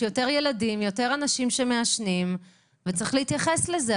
יש יותר ילדים ויותר אנשים שמעשנים וצריך להתייחס לזה.